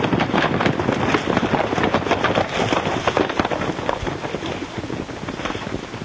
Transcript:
it's